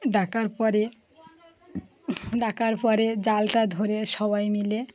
ডাকার পরে ডাকার পরে জালটা ধরে সবাই মিলে